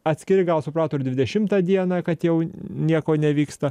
atskiri gal suprato ir dvidešimtą dieną kad jau nieko nevyksta